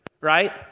right